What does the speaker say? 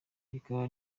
rikaba